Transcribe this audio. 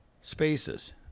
spaces